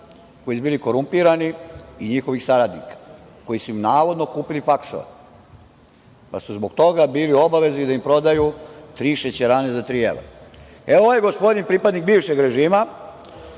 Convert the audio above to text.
koji su bili korumpirani i njihovih saradnika koji su navodno kupili faksove, pa su zbog toga bili u obavezi da im prodaju tri šećerane za tri evra. Ovaj gospodin pripadnik bivšeg režima,